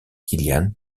kilian